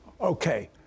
Okay